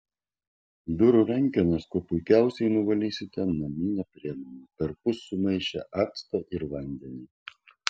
durų rankenas kuo puikiausiai nuvalysite namine priemone perpus sumaišę actą ir vandenį